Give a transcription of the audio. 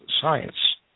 science